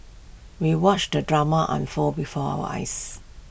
we watched the drama unfold before our eyes